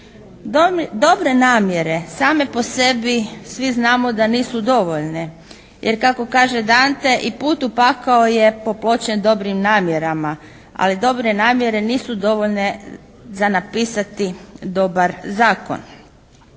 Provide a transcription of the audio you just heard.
Dobre namjere same po sebi svi znamo da nisu dovoljne jer kako kaže Dante i put u pakao je započet po dobrim namjerama ali dobre namjere nisu dovoljne za napisati dobar zakon.